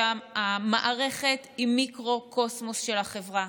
שהמערכת היא מיקרוקוסמוס של החברה.